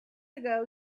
ago